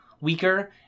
weaker